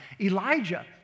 Elijah